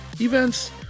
events